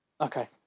Okay